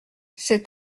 cet